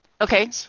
okay